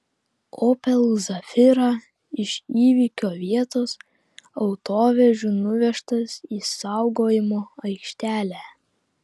opel zafira iš įvykio vietos autovežiu nuvežtas į saugojimo aikštelę